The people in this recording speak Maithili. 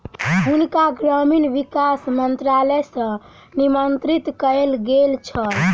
हुनका ग्रामीण विकास मंत्रालय सॅ निमंत्रित कयल गेल छल